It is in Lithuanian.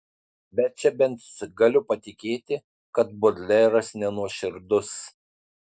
bet čia bent galiu patikėti kad bodleras nenuoširdus